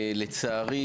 לצערי,